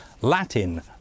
Latin